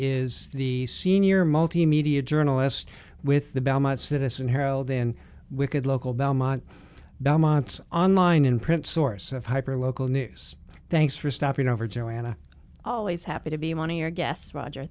is the senior multimedia journalist with the belmont citizen herald in wicked local belmont belmont's online in print source of hyper local news thanks for stopping over joanna always happy to be money or guests roger